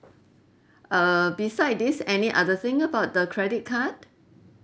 uh beside this any other thing about the credit card